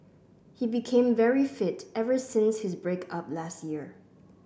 he became very fit ever since his break up last year